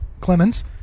Clemens